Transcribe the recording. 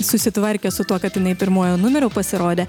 susitvarkė su tuo kad jinai pirmuoju numeriu pasirodė